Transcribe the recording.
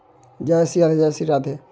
सबसँ बेसी केतारी ब्राजील मे उपजाएल जाइ छै